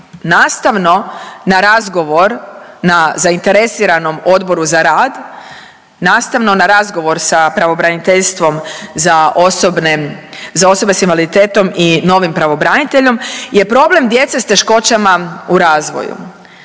nastavno na razgovor na zainteresiranom Odboru za rad nastavno na razgovor sa pravobraniteljstvom za osobe s invaliditetom i novim pravobraniteljem je problem djece s teškoćama u razvoju.